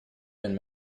been